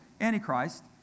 Antichrist